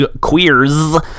queers